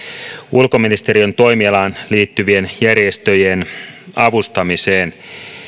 ulkoministeriön toimialaan liittyvien järjestöjen avustamiseen